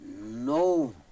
no